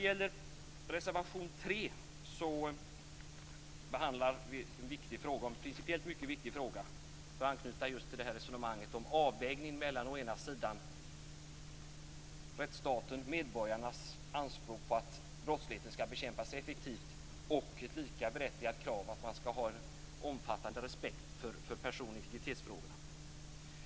I reservation nr 3 behandlas en principiellt mycket viktig fråga - för att anknyta till detta med avvägning mellan å ena sidan medborgarnas anspråk på att brottsligheten skall bekämpas effektivt och det berättigade kravet på att man skall ha stor respekt för den personliga integriteten.